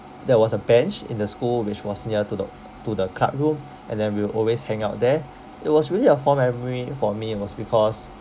there was a bench in the school which was near to the to the club room and then we will always hang out there it was really a fond memory for me it was because